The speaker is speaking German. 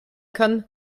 kann